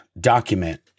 document